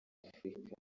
afurika